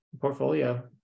portfolio